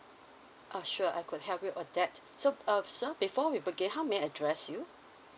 ah sure I could help you uh that so uh sir before we begin how may I address you